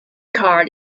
card